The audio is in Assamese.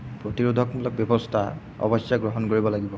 প্ৰতিৰোধকমূলক ব্যৱস্থা অৱশ্যে গ্ৰহণ কৰিব লাগিব